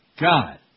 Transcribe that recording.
God